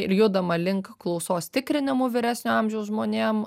ir judama link klausos tikrinimų vyresnio amžiaus žmonėm